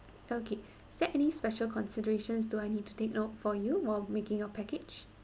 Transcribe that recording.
okay is that any special considerations do I need to take note for you while making your package